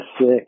sick